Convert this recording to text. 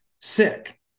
sick